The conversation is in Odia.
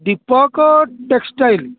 ଦୀପକ ଟେକ୍ସଟାଇଲ୍